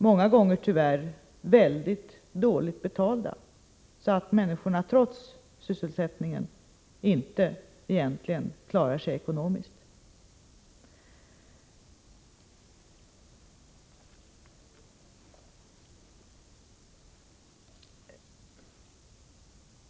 Dessa arbeten är tyvärr många gånger mycket dåligt betalda, vilket leder till att människorna trots att de har sysselsättning ändå inte kan klara sig ekonomiskt.